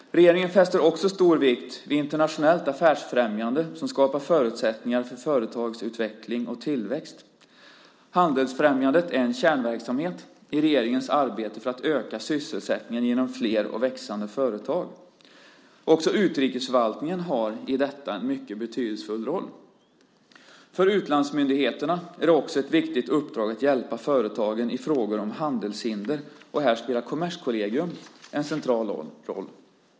Regeringen fäster också stor vikt vid internationellt affärsfrämjande som skapar förutsättningar för företagsutveckling och tillväxt. Handelsfrämjandet är en kärnverksamhet i regeringens arbete för att öka sysselsättningen genom flera och växande företag. Också utrikesförvaltningen har en mycket betydelsefull roll i detta. För utlandsmyndigheterna är det också ett viktigt uppdrag att hjälpa företagen i frågor om handelshinder. Här spelar Kommerskollegium en central roll.